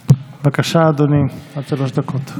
בבקשה, אדוני, עד שלוש דקות.